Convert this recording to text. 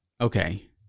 Okay